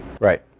right